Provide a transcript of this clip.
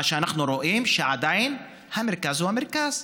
מה שאנחנו רואים, שעדיין המרכז הוא המרכז.